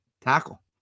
tackle